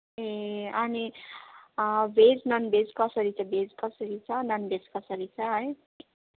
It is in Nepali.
ए अनि भेज ननभेज कसरी छ भेज कसरी छ ननभेज कसरी छ है